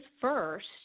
first